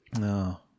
No